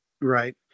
Right